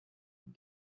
and